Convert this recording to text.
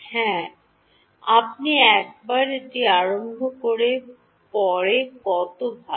হ্যাঁ আপনি একবার এটি আরম্ভ করার পরে কত ভাল